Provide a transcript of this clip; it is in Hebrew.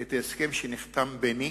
את ההסכם שנחתם ביני